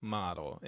model